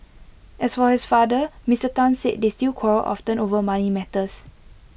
as for his father Mister Tan said they still quarrel often over money matters